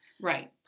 Right